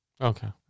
Okay